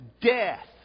death